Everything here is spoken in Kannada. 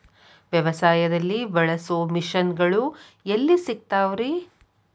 ವ್ಯವಸಾಯದಲ್ಲಿ ಬಳಸೋ ಮಿಷನ್ ಗಳು ಎಲ್ಲಿ ಸಿಗ್ತಾವ್ ರೇ?